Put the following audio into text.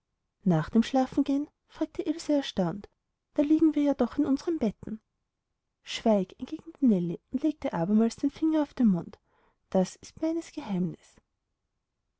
nach dem schlafengehen fragte ilse erstaunt da liegen wir ja doch in unsren betten schweig entgegnete nellie und legte abermals den finger auf den mund das ist meines geheimnis